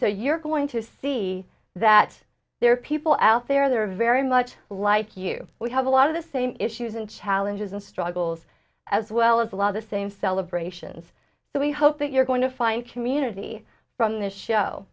say you're going to see that there are people out there that are very much like you we have a lot of the same issues and challenges and struggles as well as a lot of the same celebrations so we hope that you're going to find community from the show